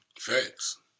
Facts